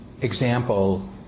example